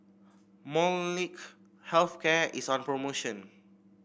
Molnylcke Health Care is on promotion